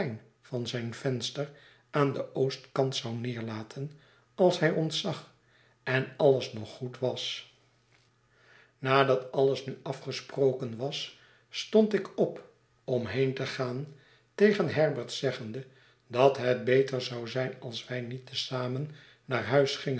van zijn venster aan den oostkant zou neerlaten als hij ons zag enalles nog goed was nadat alles nu afgesproken was stond ik op om heen te gaan tegen herbert zeggende dat het beter zou zijn als wij niet te zamen naar huis gingen